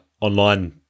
online